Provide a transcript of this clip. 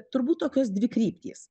turbūt tokios dvi kryptys